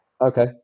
okay